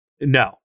no